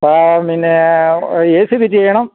ഇപ്പോള് പിന്നെ A C fit ചെയ്യണം